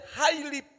highly